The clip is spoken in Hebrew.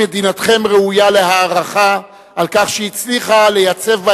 מדינתכם ראויה להערכה על כך שהצליחה לייצב בה